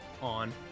on